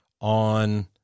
on